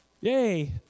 Yay